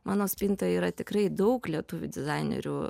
mano spintoje yra tikrai daug lietuvių dizainerių